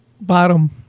bottom